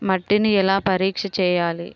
మట్టిని ఎలా పరీక్ష చేయాలి?